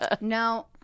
no